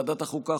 ועדת החוקה,